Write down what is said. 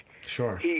Sure